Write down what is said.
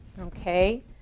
Okay